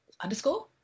underscore